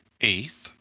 eighth